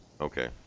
Okay